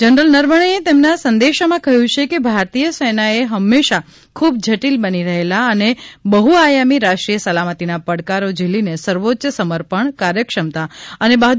general નરવણેએ તેમના સંદેશમાં કહ્યું છે કે ભારતીય સેનાએ હંમેશાં ખૂબ જટીલ બની રહેલાં અને બહ્આયામી રાષ્ટ્રીય સલામતીના પડકારો જીલીને સર્વોચ્ય સમર્પણ કાર્યક્ષમતા અને બહાદુરી પૂર્વક ઝીલ્યા છે